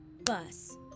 bus